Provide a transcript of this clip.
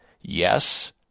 Yes